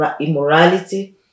immorality